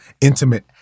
intimate